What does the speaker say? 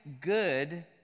good